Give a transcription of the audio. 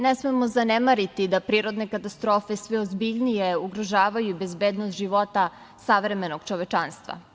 Ne smemo zanemariti da prirodne katastrofe sve ozbiljnije ugrožavaju bezbednost života savremenog čovečanstva.